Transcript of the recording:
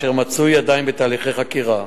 אשר מצוי עדיין בהליכי חקירה.